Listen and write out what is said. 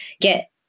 get